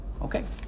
Okay